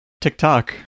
TikTok